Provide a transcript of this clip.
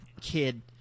kid